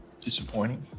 disappointing